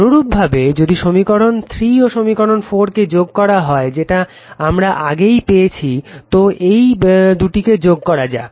অনুরূপভাবে যদি সমীকরণ 3 ও সমীকরণ 4 কে যোগ করা হয় যেটা আমরা আগেই পেয়েছি তো এই দুটিকে যোগ করা যাক